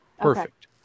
perfect